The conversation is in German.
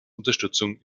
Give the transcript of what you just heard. unterstützung